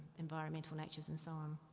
environmental lectures and so on.